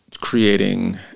creating